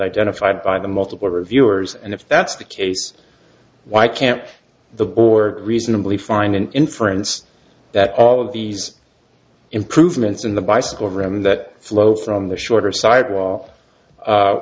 identified by the multiple reviewers and if that's the case why can't the board reasonably find an inference that all of these improvements in the bicycle room that flow from the shorter